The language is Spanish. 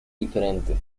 diferente